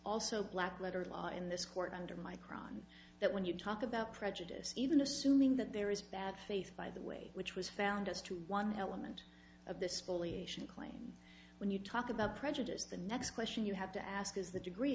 also black letter law in this court under micron that when you talk about prejudice even assuming that there is bad faith by the way which was found us to one element of the spoliation claim when you talk about prejudice the next question you have to ask is the degree